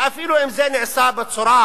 ואפילו אם זה נעשה בצורה,